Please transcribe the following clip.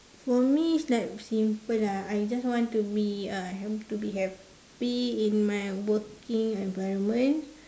uh for me is like simple lah I just want to be uh have to be happy in my working environment